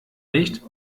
nicht